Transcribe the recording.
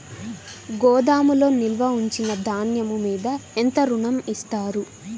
గోదాములో నిల్వ ఉంచిన ధాన్యము మీద ఎంత ఋణం ఇస్తారు?